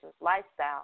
lifestyle